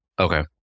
Okay